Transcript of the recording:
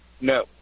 No